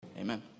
Amen